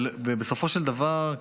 ובסופו של דבר,